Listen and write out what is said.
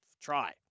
try